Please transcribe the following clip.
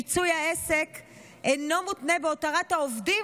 פיצוי העסק אינו מותנה בהותרת העובדים